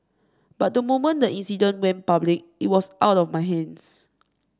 but the moment the incident went public it was out of my hands